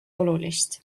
olulist